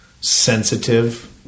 sensitive